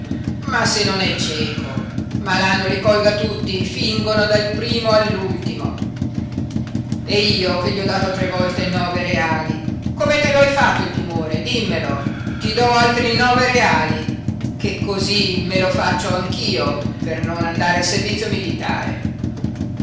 ma se non è cieco malanno li colga tutti fingono dal primo all'ultimo e io gli ho dato tre volte nove reali come te lo hai fatto il tumore dimmelo ti do altri nove reali che cosí me lo faccio anch'io per non andare al servizio militare